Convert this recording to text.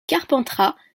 carpentras